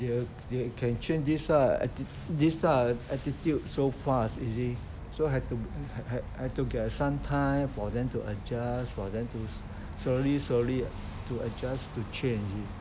you you can change this kind of atti~ this kind of attitude so fast you see so have to have have to get some time for them to adjust for them to sl~ slowly slowly to adjust to change you see